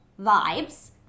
vibes